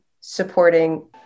supporting